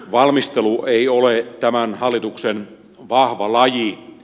valmistelu ei ole tämän hallituksen vahva laji